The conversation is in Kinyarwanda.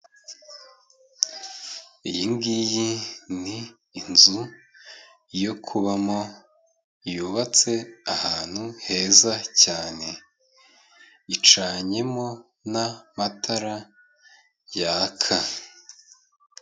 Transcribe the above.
Iyi ngiyi ni inzu yo kubamo, yubatse ahantu heza cyane, icanyemo n'amatara yaka.